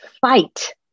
Fight